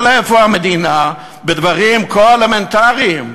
אבל איפה המדינה בדברים כה אלמנטריים?